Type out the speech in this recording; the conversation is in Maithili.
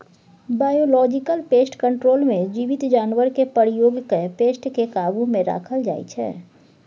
बायोलॉजिकल पेस्ट कंट्रोल मे जीबित जानबरकेँ प्रयोग कए पेस्ट केँ काबु मे राखल जाइ छै